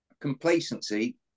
complacency